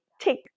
take